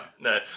No